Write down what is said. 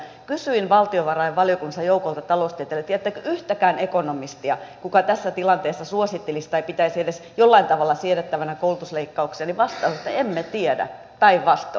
kun kysyin valtiovarainvaliokunnassa joukolta taloustieteilijöitä tiedättekö yhtäkään ekonomistia joka tässä tilanteessa suosittelisi tai pitäisi edes jollain tavalla siedettävinä koulutusleikkauksia niin vastaus oli että emme tiedä päinvastoin